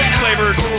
flavored